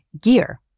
gear